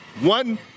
one